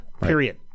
period